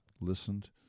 listened